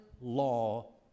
law